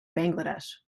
bangladesh